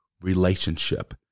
relationship